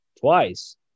twice